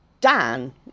Dan